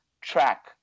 track